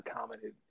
commented